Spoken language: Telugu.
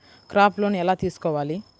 క్రాప్ లోన్ ఎలా తీసుకోవాలి?